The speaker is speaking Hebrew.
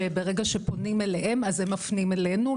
שברגע שפונים אליהם אז הם מפנים אלינו,